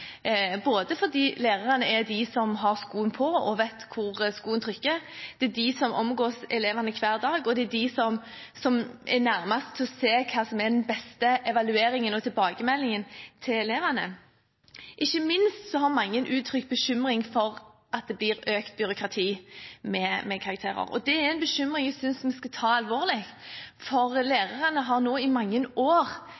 både fordi lærerne er de som har skoen på og vet hvor den trykker, det er de som omgås elevene hver dag, og det er de som er nærmest til å se hva som er den beste evalueringen og tilbakemeldingen til elevene. Ikke minst har mange uttrykt bekymring for at det blir økt byråkrati med karakterer. Det er en bekymring jeg synes vi skal ta alvorlig, for